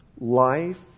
Life